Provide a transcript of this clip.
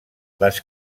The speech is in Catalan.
les